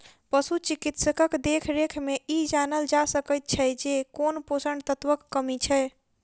पशु चिकित्सकक देखरेख मे ई जानल जा सकैत छै जे कोन पोषण तत्वक कमी छै